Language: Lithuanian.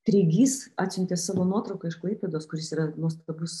treigys atsiuntė savo nuotrauką iš klaipėdos kuris yra nuostabus